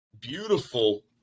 beautiful